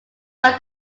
work